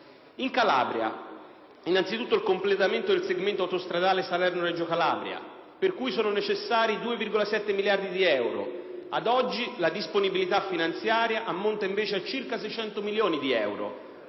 In Calabria, innanzi tutto, il completamento del segmento autostradale Salerno-Reggio Calabria per cui sono necessari 2,7 miliardi di euro: ad oggi la disponibilità finanziaria ammonta invece a circa 600 milioni di euro.